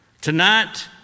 Tonight